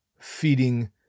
feeding